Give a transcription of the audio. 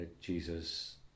Jesus